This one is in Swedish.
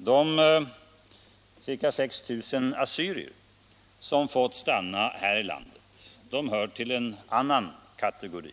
De ca 6 000 assyrier som fått stanna här i landet är en annan kategori.